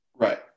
Right